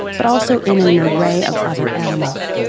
but also in an array of other animals.